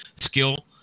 skill